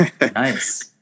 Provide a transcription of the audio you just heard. Nice